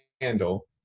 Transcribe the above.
handle